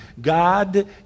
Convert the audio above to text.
God